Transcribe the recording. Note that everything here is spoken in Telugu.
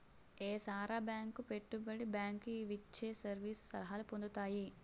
ఏసార బేంకు పెట్టుబడి బేంకు ఇవిచ్చే సర్వీసు సలహాలు పొందుతాయి